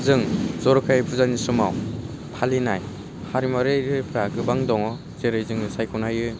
जों जर'खायै फुजानि समाव फालिनाय हारिमुवारि रुल फ्रा गोबां दङ जेरै जोङो सायख'नो हायो